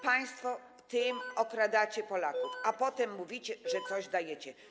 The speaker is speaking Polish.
Państwo okradacie Polaków, a potem mówicie, że coś dajecie.